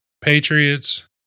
Patriots